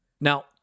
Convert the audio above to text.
Now